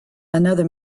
another